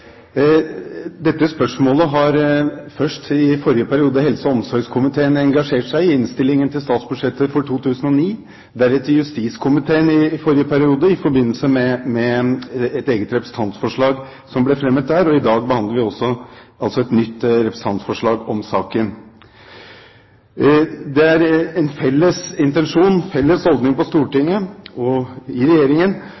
Dette spørsmålet har først i forrige periode helse- og omsorgskomiteen engasjert seg i, i innstilling til statsbudsjettet for 2009, deretter justiskomiteen i forrige periode, i forbindelse med et eget representantforslag som ble fremmet, og i dag behandler vi altså nytt representantforslag om saken. Det er en felles intensjon, en felles holdning på